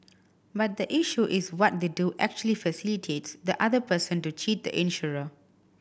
but the issue is what they do actually facilitates the other person to cheat the insurer